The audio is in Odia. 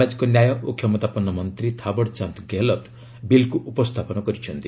ସାମାଜିକ ନ୍ୟାୟ ଓ କ୍ଷମତାପନ୍ନ ମନ୍ତ୍ରୀ ଥାବଡ଼ଚାନ୍ଦ ଗେହେଲତ ବିଲ୍କୁ ଉପସ୍ଥାପନ କରିଛନ୍ତି